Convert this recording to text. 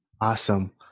Awesome